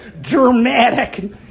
dramatic